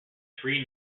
three